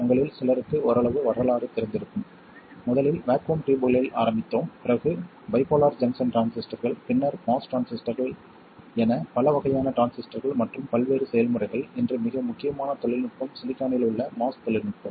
உங்களில் சிலருக்கு ஓரளவு வரலாறு தெரிந்திருக்கலாம் முதலில் வாக்குவம் டுயூப்களில் ஆரம்பித்தோம் பிறகு பைபோலார் ஜங்ஷன் டிரான்சிஸ்டர்கள் பின்னர் MOS டிரான்சிஸ்டர்கள் எனப் பல வகையான டிரான்சிஸ்டர்கள் மற்றும் பல்வேறு செயல்முறைகள் இன்று மிக முக்கியமான தொழில்நுட்பம் சிலிக்கானில் உள்ள MOS தொழில்நுட்பம்